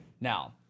Now